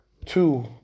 Two